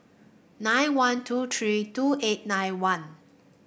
nine one two three two eight nine one